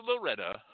Loretta